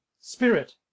spirit